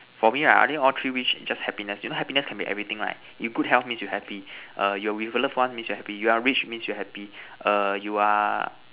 for me right I think all three wish just happiness you know happiness can be everything right you good health means you happy err you with your love one means you happy you are rich means you are happy err you are